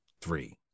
three